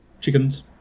chickens